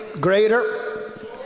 greater